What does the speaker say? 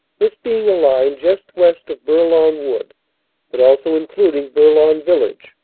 this being a line just west of bourlon wood but also including bourlon village,